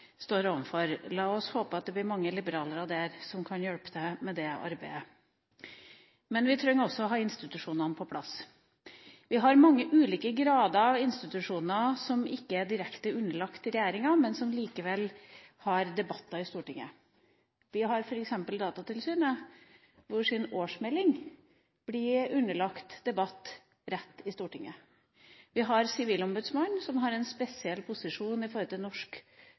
overfor. La oss håpe at det blir mange liberalere der som kan hjelpe til med det arbeidet. Men vi trenger også å ha institusjonene på plass. Vi har mange ulike grader av institusjoner, som ikke er direkte underlagt regjeringa, men som likevel blir debattert i Stortinget. Vi har f.eks. Datatilsynets årsmelding som blir underlagt debatt rett i Stortinget. Vi har Sivilombudsmannen, som har en spesiell posisjon i norsk